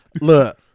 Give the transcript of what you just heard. Look